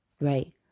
Right